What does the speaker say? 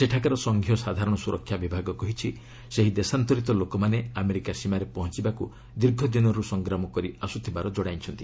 ସେଠାକାର ସଂଘୀୟ ସାଧାରଣ ସୁରକ୍ଷା ବିଭାଗ କହିଛି ସେହି ଦେଶାନ୍ତରୀତ ଲୋକମାନେ ଆମେରିକା ସୀମାରେ ପହଞ୍ଚବାକୁ ଦୀର୍ଘଦିନରୁ ସଂଗ୍ରାମ କରିଆସୁଥିବାର ଜଣାଇଛନ୍ତି